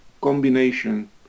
combination